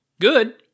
good